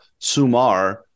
SUMAR